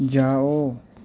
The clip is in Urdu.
جاؤ